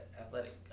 athletic